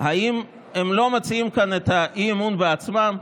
האם הם לא מציעים כאן אי-אמון בעצמם?